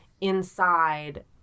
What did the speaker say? inside